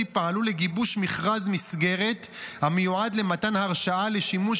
פעלו לגיבוש מכרז מסגרת המיועד למתן הרשאה לשימוש